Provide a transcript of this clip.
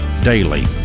daily